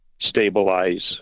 stabilize